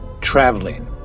traveling